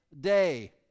day